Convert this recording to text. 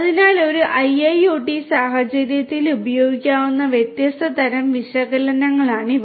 അതിനാൽ ഒരു IIoT സാഹചര്യത്തിൽ ഉപയോഗിക്കാവുന്ന വ്യത്യസ്ത തരം വിശകലനങ്ങളാണിവ